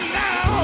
now